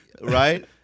right